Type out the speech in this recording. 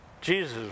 Jesus